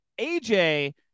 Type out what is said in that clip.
AJ